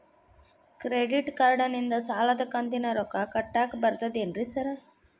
Credit ಕಾರ್ಡನಿಂದ ಸಾಲದ ಕಂತಿನ ರೊಕ್ಕಾ ಕಟ್ಟಾಕ್ ಬರ್ತಾದೇನ್ರಿ ಸಾರ್?